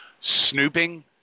snooping